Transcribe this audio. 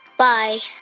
bye